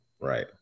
Right